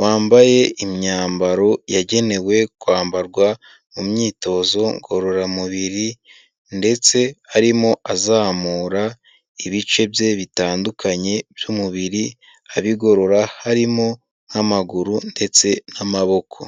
wambaye imyambaro yagenewe kwambarwa mu myitozo ngororamubiri ndetse arimo azamura ibice bye bitandukanye by'umubiri, abigorora harimo nk'amaguru ndetse n'amaboko.